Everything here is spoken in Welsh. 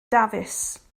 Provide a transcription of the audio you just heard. dafis